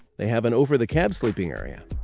they have an over-the-cab sleeping area.